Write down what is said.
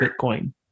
Bitcoin